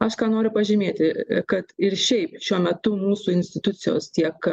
aš noriu pažymėti kad ir šiaip šiuo metu mūsų institucijos tiek